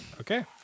Okay